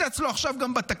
קיצץ לו עכשיו גם בתקציב,